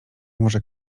może